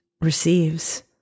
receives